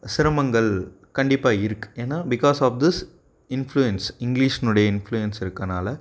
சிரமங்கள் கண்டிப்பாக இருக்குது ஏன்னால் பிகாஸ் ஆஃப் திஸ் இன்ஃப்ளூயன்ஸ் இங்கிலிஷ்ஷினுடைய இன்ஃப்ளூயன்ஸ் இருக்கனால்